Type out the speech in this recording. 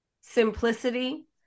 simplicity